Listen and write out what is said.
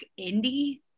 indie